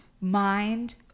mind